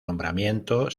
nombramiento